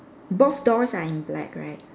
both doors are in black right